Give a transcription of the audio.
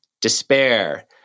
despair